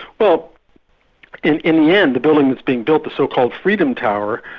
well in in the end, the building that's being built, the so-called freedom tower,